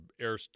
air